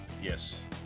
Yes